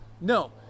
No